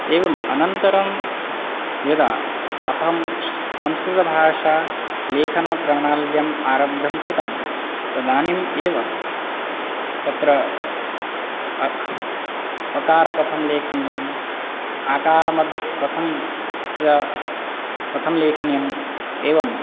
एवम् अनन्तरं यदा अहं संस्कृतभाषालेखनप्रणाल्यम् आरब्धं कृतं तदानिम् एव तत्र अकारं कथं लेखनीयम् आकारमध्ये कथं कथं लेखन्यम् एवं